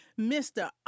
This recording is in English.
Mr